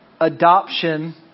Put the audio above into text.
adoption